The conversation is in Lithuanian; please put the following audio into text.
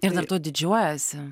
ir dar tuo didžiuojasi